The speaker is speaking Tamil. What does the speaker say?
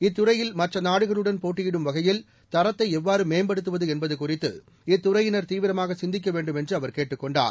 இத்துறையில் மற்ற நாடுகளுடன் போட்டியிடும் வகையில் தரத்தை எவ்வாறு மேம்படுத்துவது என்பது குறித்து இத்துறையினர் தீவிரமாக சிந்திக்க வேண்டும் என்று அவர் கேட்டுக் கொண்டார்